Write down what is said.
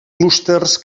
clústers